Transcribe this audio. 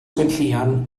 gwenllian